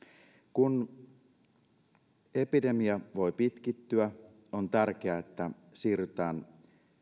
kun epidemia voi pitkittyä on tärkeää että siirrytään